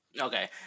Okay